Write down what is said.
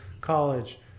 college